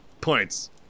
Points